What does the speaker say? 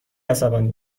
عصبانی